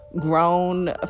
grown